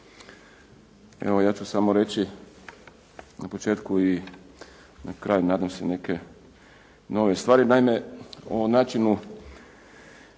Evo, ja ću samo reći na početku i na kraju, nadam se neke nove stvari. Naime, o načinu